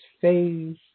phase